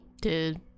dude